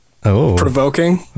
provoking